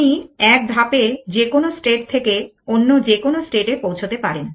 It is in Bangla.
আপনি এক ধাপে যে কোনো স্টেট থেকে অন্য যে কোনো স্টেট এ পৌঁছতে পারেন